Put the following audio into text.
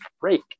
break